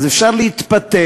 אז אפשר להתפתל,